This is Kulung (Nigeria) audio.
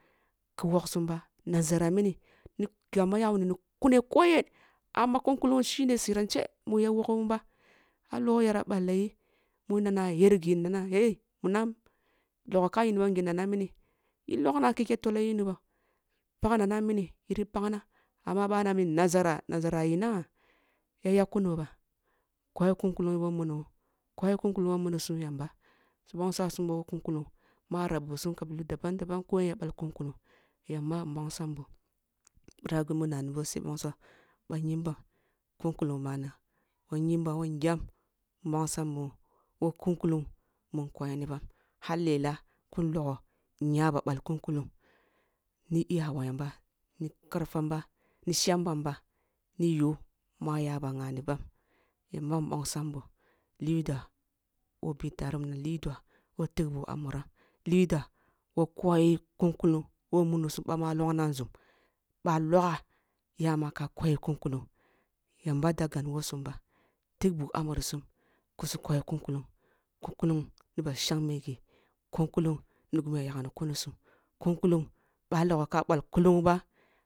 Ku woksum ba nazara mini kaman yawuni kune ko yen amma kun kullung shine sirance ya wogh wun ba, boh a logho ya ball iyi mu nana ayargi nana yeh munam logoh ka yunibam gi nana mini i logna kike toloh yuni boh pagh nane nini yiri pakna amma boh na nazara nazare ina ya yak kuno bah, koyi kun kullung bi who muno koyi kun kullung who mumsuum yamba su bongsasum boh who kun kullung mwa nabisum kabihu daban daban koyen ya ɓal kun kullung yamba mbongsam boh birah gumi nnabo said ai bonsoh bayimbam kun kullung mun koyibam har lela kin logoh inyaba balk un kullung ni iyawa yan ba, ni karfam ba, ni shamban ba, niyo mu ayaba nganibam yamba mbongsam boh liduah who ɓi tareh who minan liduah who tigh bugo a muram, liduah who koyi kun kullung who munisum ba mu loghna a nzum bwa a logha yama ka koyi kam kullung yamba da ganni wo sum ba, tik bugh a munsum ku su koyi kun kullung kun kullung nib a shangme gi kun kullung ni gimi ya yagh kuni sum kun kulung ba logho ka bal kulung ba.